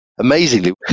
amazingly